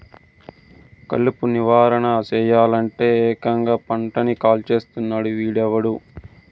కలుపు నివారణ సెయ్యలంటే, ఏకంగా పంటని కాల్చేస్తున్నాడు వీడెవ్వడు